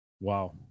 Wow